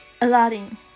Aladdin